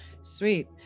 Sweet